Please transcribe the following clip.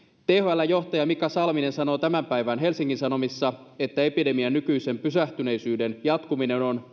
thln johtaja mika salminen sanoo tämän päivän helsingin sanomissa että epidemian nykyisen pysähtyneisyyden jatkuminen on